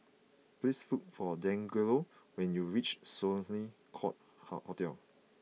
please look for Dangelo when you reach Sloane Court hot Hotel